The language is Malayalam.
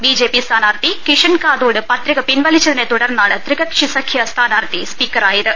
ബിജെപി സ്ഥാനാർത്ഥി കിഷൻ കാതോഡ് പത്രിക പിൻവലിച്ചതിനെ തുടർന്നാണ് ത്രികക്ഷി സഖ്യ സ്ഥാനാർത്ഥി സ്പീക്കറായത്